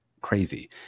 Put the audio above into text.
crazy